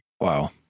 Wow